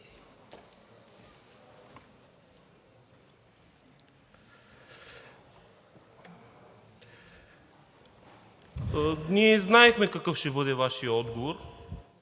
Ние знаехме какъв ще бъде Вашият отговор.